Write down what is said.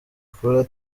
akora